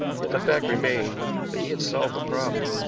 yet the fact remained that he had solved the problem.